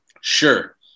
sure